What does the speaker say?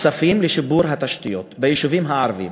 כספים, לשיפור התשתיות ביישובים הערביים,